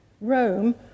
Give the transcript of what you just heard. Rome